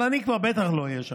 אבל אני כבר בטח לא אהיה שם,